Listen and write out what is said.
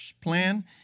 plan